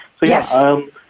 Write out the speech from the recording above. Yes